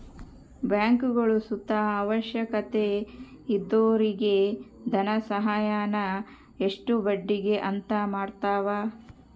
ಬ್ಯಾಂಕ್ಗುಳು ಸುತ ಅವಶ್ಯಕತೆ ಇದ್ದೊರಿಗೆ ಧನಸಹಾಯಾನ ಇಷ್ಟು ಬಡ್ಡಿಗೆ ಅಂತ ಮಾಡತವ